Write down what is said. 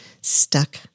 stuck